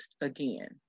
again